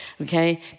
Okay